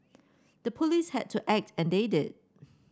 the police had to act and they did